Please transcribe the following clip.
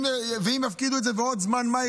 ואם יפקידו את זה בעוד זמן מה,